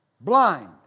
Blind